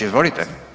Izvolite.